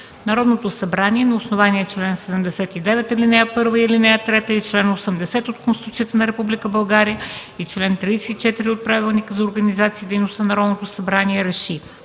Народното събрание на основание чл. 79, ал. 1 и 3 и чл. 80 от Конституцията на Република България и чл. 34 от Правилника за организацията и дейността на Народното събрание РЕШИ: